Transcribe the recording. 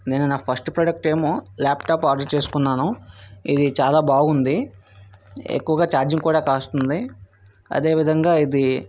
నిన్న నా first product ఏమో లాప్టాప్ ఆర్డర్ చేసుకున్నాను ఇది చాలా బాగుంది ఎక్కువగా ఛార్జింగ్ కూడా కాస్తుంది అదే విధంగా ఇది